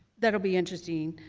that will be interesting,